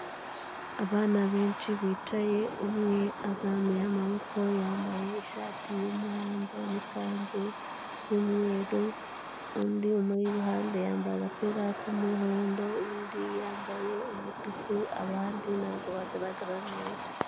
Abana benshi bicaye, umwe azamuye amaboko yambaye ishati y'umuhondo n'ikanzu y'umweru, undi umuri iruhande yambaye agapira k'umuhondo, undi yambaye umutuku, abandi ntabwo bagaragara neza.